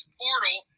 portal